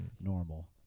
normal